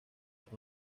sus